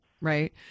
right